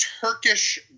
Turkish